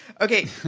Okay